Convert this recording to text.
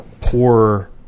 poor